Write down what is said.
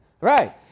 Right